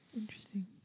Interesting